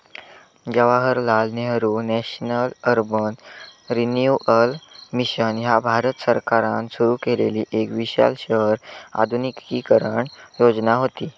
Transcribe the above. Jawaharlal Nehru National Urban Renewal Mission ह्या भारत सरकारान सुरू केलेली एक विशाल शहर आधुनिकीकरण योजना व्हती